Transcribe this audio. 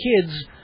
kids